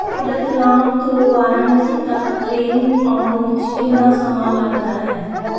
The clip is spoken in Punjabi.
ਰਤਲਾਮ ਤੋਂ ਵਾਰਾਨਸੀ ਤੱਕ ਟ੍ਰੇਨ ਨੂੰ ਆਉਣ ਵਿੱਚ ਕਿੰਨਾ ਸਮਾਂ ਲੱਗਦਾ ਹੈ